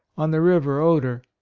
on the river oder.